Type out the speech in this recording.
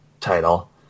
title